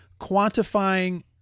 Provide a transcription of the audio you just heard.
quantifying